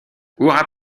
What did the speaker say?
hurrah